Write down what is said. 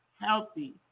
healthy